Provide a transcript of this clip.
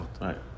Right